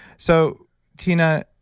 so tina,